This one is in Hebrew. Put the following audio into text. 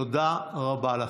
תודה רבה לכם.